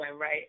right